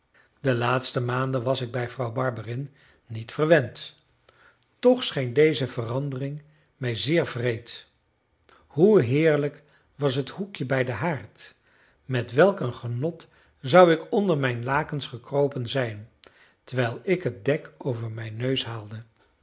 de laatste maanden was ik bij vrouw barberin niet verwend toch scheen deze verandering mij zeer wreed hoe heerlijk was het hoekje bij den haard met welk een genot zou ik onder mijn lakens gekropen zijn terwijl ik het dek over mijn neus haalde